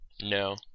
No